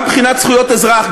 גם מבחינת זכויות אזרח,